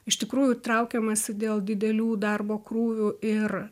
iš tikrųjų traukiamasi dėl didelių darbo krūvių ir